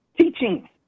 teaching